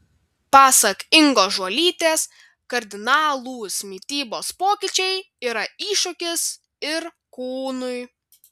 pasak ingos žuolytės kardinalūs mitybos pokyčiai yra iššūkis ir kūnui